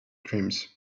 dreams